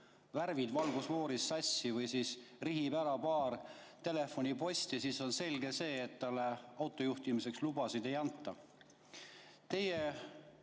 värvid valgusfooris sassi või rihib ära paar telefoniposti, siis on selge, et talle autojuhtimiseks lubasid ei anta. Teie